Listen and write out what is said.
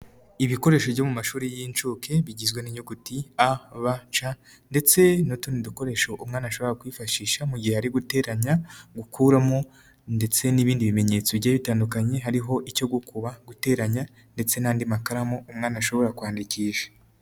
Ibikoresho byo mu mashuri y'inshuke bigizwe n'inyuguti a, b, c ndetse n'utundi dukoresho umwana ashobora kwifashisha mu gihe ari guteranya, gukuramo ndetse n'ibindi bimenyetso bigiye bitandukanye, hariho icyo gu kuba, guteranya ndetse n'andi makaramu umwana ashobora kwandikisha.